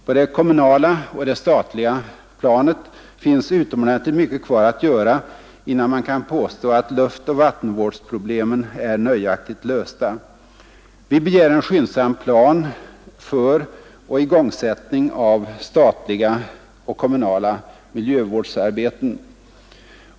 På det kommunala och det statliga planet finns utomordentligt mycket kvar att göra innan man kan påstå att luftoch vattenvårdsproblemen är nöjaktigt lösta. Vi begär en skyndsam plan för och igångsättning av statliga och kommunala miljövårdsarbeten.